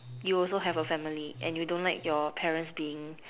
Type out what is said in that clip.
you also have a family and you don't like your parents being